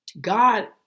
God